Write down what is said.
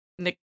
Nick